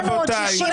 זה עוד 100 ומשהו.